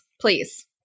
please